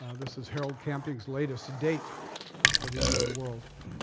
ah this is harold camping's latest date for the end of the world.